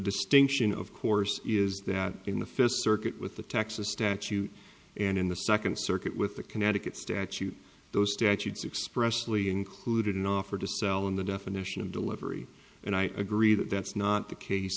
distinction of course is that in the fifth circuit with the texas statute and in the second circuit with the connecticut statute those statutes expressively included an offer to sell in the definition of delivery and i agree that that's not the case